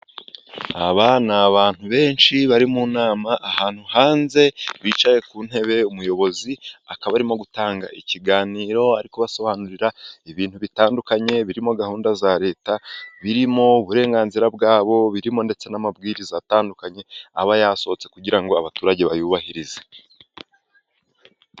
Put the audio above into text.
Aba ni abantu benshi bari mu nama ahantu hanze bicaye ku ntebe. Umuyobozi akaba arimo gutanga ikiganiro, arimo kubasobanurira ibintu bitandukanye birimo gahunda za leta, birimo uburenganzira bwabo, birimo ndetse n'amabwiriza atandukanye aba yasohotse kugira ngo abaturage bayubahirize.